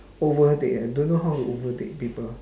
overtake ah don't know how to overtake people